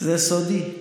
זה סודי.